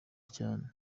cyane